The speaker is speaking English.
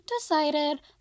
decided